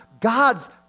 God's